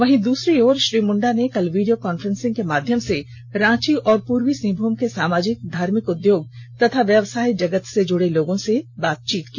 वहीं दूसरी ओर श्री मुंडा ने कल वीडियो काफ्रेंसिंग के माध्यम से रांची और पूर्वी सिंहमूम के सामाजिक धार्मिक उद्योग तथा व्यवसाय जगत से जुड़े लोगों से बातचीत की